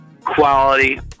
quality